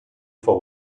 for